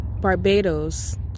Barbados